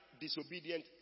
disobedient